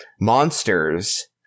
monsters